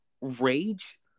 rage